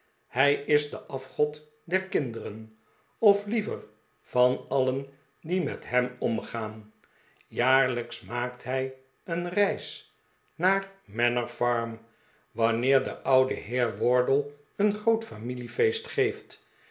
hij is de afgod der kinderen of liever van alien die met hem omgaan jaarlijks maakt hij een reis naar manorfarm wanneer de oude heer wardle een groot familiefeest geeft